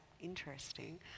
interesting